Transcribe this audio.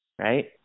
right